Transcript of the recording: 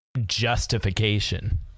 justification